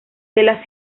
tela